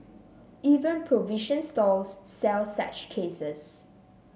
even provision stores sell such cases